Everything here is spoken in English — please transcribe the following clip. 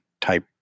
type